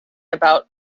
about